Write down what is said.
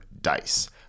Dice